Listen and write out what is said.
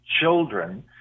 children